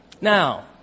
Now